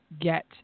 get